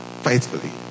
faithfully